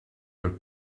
your